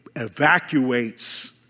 evacuates